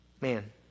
Man